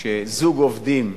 שזוג עובדים,